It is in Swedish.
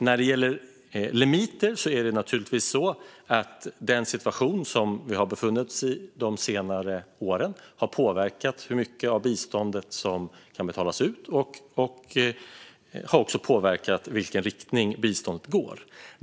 När det gäller limiter är det naturligtvis så att den situation som vi har befunnit oss i de senaste åren har påverkat hur mycket av biståndet som kan betalas ut och i vilken riktning biståndet går.